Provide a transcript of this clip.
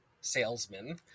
salesman